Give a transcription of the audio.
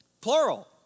plural